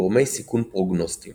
גורמי סיכון פרוגנוסטיים